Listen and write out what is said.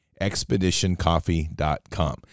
ExpeditionCoffee.com